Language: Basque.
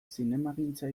zinemagintza